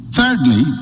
Thirdly